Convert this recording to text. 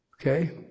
Okay